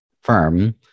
firm